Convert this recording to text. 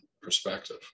perspective